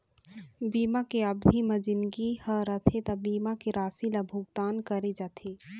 बीमा के अबधि म जिनगी ह रथे त बीमा के राशि ल भुगतान करे जाथे